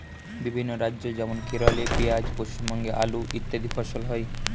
বিভিন্ন রাজ্য যেমন কেরলে পেঁয়াজ, পশ্চিমবঙ্গে আলু ইত্যাদি ফসল হয়